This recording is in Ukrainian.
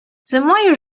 зимою